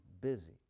busy